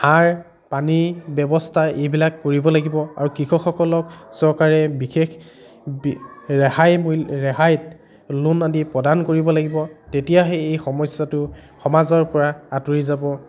সাৰ পানী ব্যৱস্থা এইবিলাক কৰিব লাগিব আৰু কৃষকসকলক চৰকাৰে বিশেষ ৰেহাই মূল্য ৰেহাইত লোন আদি প্ৰদান কৰিব লাগিব তেতিয়াহে এই সমস্যাটো সমাজৰ পৰা আঁতৰি যাব